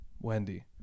wendy